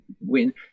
win